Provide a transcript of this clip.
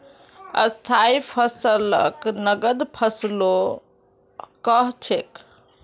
स्थाई फसलक नगद फसलो कह छेक